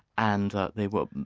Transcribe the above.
and they were